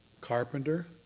Carpenter